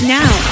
now